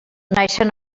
naixen